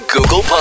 Google